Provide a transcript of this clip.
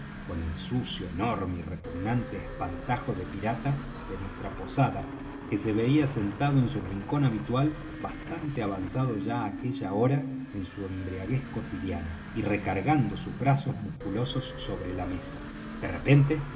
con el sucio enorme y repugnante espantajo de pirata de nuestra posada que se veía sentado en su rincón habitual bastante avanzado ya á aquella hora en su embriaguez cuotidiana y recargando sus brazos musculosos sobre la mesa de repente